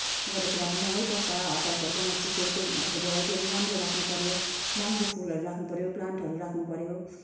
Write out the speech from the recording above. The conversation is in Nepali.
गर्दाखेरि अब महँगै पर्छ हट हाउसहरू फुलको अब भेराइटिहरू पनि राम्रो राख्नुपर्यो महँगो फुलहरू राख्नुपर्यो प्लान्टहरू राख्नुपर्यो